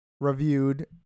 reviewed